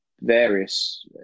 various